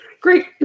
Great